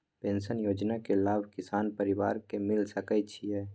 Pension योजना के लाभ किसान परिवार के मिल सके छिए?